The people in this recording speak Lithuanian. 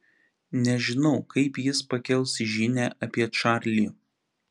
nežinau kaip jis pakels žinią apie čarlį